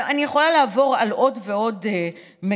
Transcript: אני יכולה לעבור על עוד ועוד מגמות,